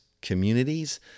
communities